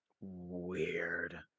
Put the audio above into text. Weird